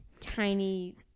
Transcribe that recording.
tiny